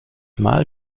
mal